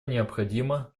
необходимо